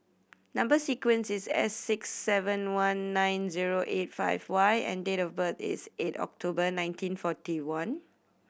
number sequence is S six seven one nine zero eight five Y and date of birth is eight October nineteen forty one